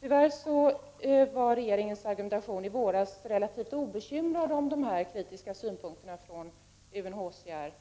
Tyvärr var regeringens argumentation i våras relativt obekymrad om de kritiska synpunkterna från UNHCR.